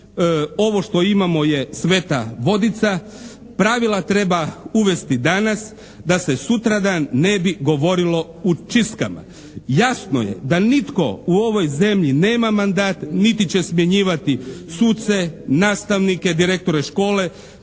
Ovo što imamo je sveta vodica. Pravila treba uvesti danas da se sutradan ne bi govorilo u čistkama. Jasno je da nitko u ovoj zemlji nema mandat niti će smjenjivati suce, nastavnike, direktore škole,